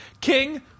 King